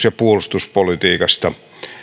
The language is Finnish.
ja puolustuspolitiikasta